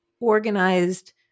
organized